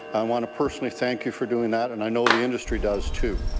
want to personally thank you for doing that, and i know the industry does too.